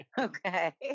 Okay